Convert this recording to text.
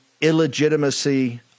illegitimacy